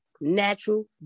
natural